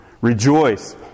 Rejoice